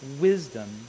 wisdom